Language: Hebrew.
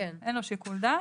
אין לו שיקול דעת,